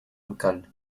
local